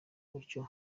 gutyo